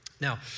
Now